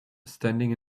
standing